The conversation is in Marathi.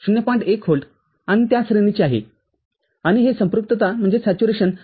१ व्होल्ट आणि त्या श्रेणीचे आहे आणि हे संपृक्तता ०